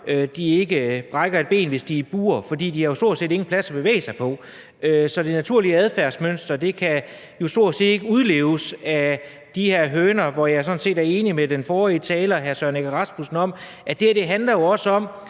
ikke brækker et ben, hvis de er i bur, for de har jo stort set ingen plads at bevæge sig på. Så det naturlige adfærdsmønster kan jo stort set ikke udleves af de her høner, og jeg er sådan set enig med den forrige spørger, hr. Søren Egge Rasmussen, i, at det her også handler om,